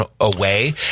away